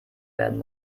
werden